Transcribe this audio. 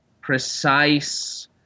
precise